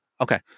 Okay